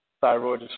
thyroid